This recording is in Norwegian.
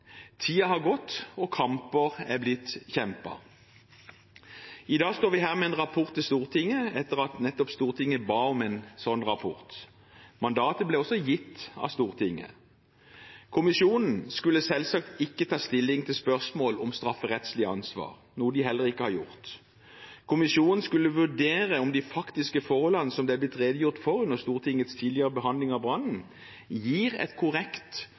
har gått, og kamper er blitt kjempet. I dag står vi her med en rapport til Stortinget etter at Stortinget ba om en sånn rapport. Mandatet ble også gitt av Stortinget. Kommisjonen skulle selvsagt ikke ta stilling til spørsmål om strafferettslig ansvar, noe de heller ikke har gjort. Kommisjonen skulle vurdere om de faktiske forholdene som det er blitt redegjort for under Stortingets tidligere behandling av brannen, gir et korrekt